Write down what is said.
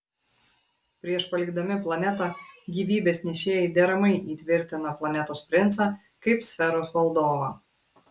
prieš palikdami planetą gyvybės nešėjai deramai įtvirtina planetos princą kaip sferos valdovą